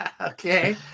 Okay